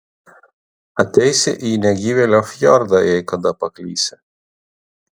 ateisi į negyvėlio fjordą jei kada paklysi